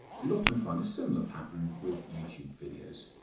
you will often find a similar pattern with youtube videos,